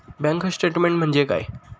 Bank statement म्हणजे काय?